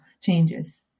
changes